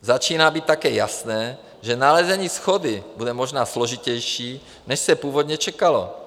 Začíná být také jasné, že nalezení shody bude možná složitější, než se původně čekalo.